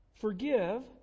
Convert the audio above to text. Forgive